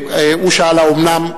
הוא שאל: האומנם?